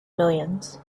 millions